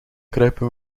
kruipen